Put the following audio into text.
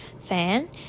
fan